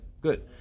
good